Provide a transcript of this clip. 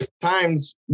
times